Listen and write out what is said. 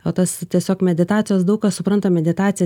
o tas tiesiog meditacijos daug kas supranta meditaciją